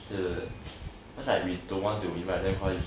是 just like we don't want to invite them cause it's